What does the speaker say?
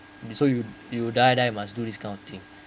so you you die die must do this kind of thing